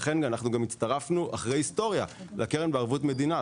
אנחנו הצטרפנו, אחרי היסטוריה, לקרן בערבות מדינה.